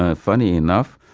ah funny enough,